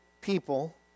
people